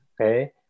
Okay